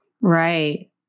Right